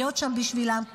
להיות שם בשבילם.